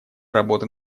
работы